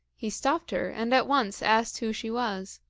he stopped her and at once asked who she was.